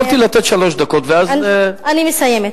אני יכולתי לתת שלוש, ואז, אני מסיימת.